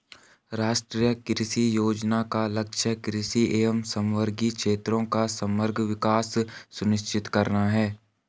राष्ट्रीय कृषि योजना का लक्ष्य कृषि एवं समवर्गी क्षेत्रों का समग्र विकास सुनिश्चित करना है